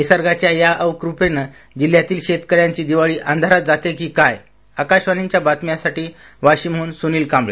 निसर्गाच्या या अवकृपेन जिल्ह्यातील शेतकऱ्यांची दिवाळी अधारात जाते की काय आकाशवाणीच्या बातम्यांसाठी वाशिमहन सुनील कांबळे